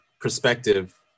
perspective